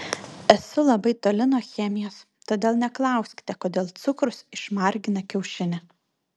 esu labai toli nuo chemijos todėl neklauskite kodėl cukrus išmargina kiaušinį